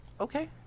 Okay